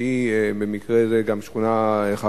שהיא במקרה זה גם שכונה חרדית.